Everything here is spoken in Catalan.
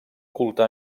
culte